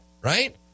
right